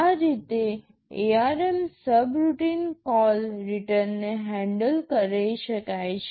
આ રીતે ARM subroutine કોલરીટર્નને હેન્ડલ કરી શકાય છે